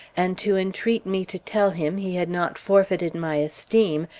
and to entreat me to tell him he had not forfeited my esteem,